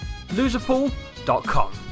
Loserpool.com